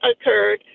occurred